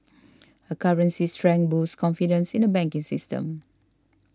a currency's strength boosts confidence in the banking system